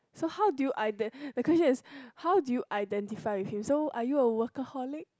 so how do you iden~ the question is how do you identify with him so are you a workaholic